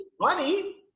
money